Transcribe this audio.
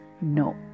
No